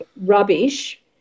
rubbish